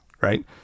right